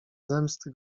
zemsty